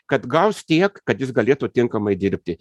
kad gaus tiek kad jis galėtų tinkamai dirbti